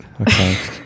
okay